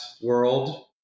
world